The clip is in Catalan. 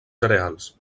cereals